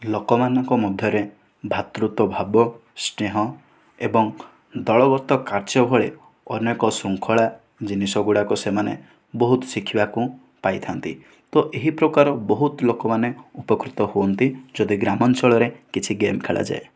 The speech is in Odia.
ଲୋକମାନଙ୍କ ମଧ୍ୟରେ ଭାତୃତ୍ୱ ଭାବ ସ୍ନେହ ଏବଂ ଦଳବତ୍ତ କାର୍ଯ୍ୟ ବେଳେ ଅନେକ ଶୃଙ୍ଖଳା ଜିନିଷ ଗୁଡ଼ାକ ସେମାନେ ବହୁତ ଶିଖିବାକୁ ପାଇଥାନ୍ତି ତ ଏହିପ୍ରକାର ବହୁତ ଲୋକମାନେ ଉପକୃତ ହୁଅନ୍ତି ଯଦି ଗ୍ରାମାଞ୍ଚଳରେ କିଛି ଗେମ୍ ଖେଳାଯାଏ